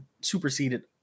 superseded